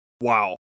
Wow